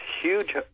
huge